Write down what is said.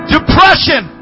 Depression